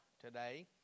today